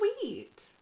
sweet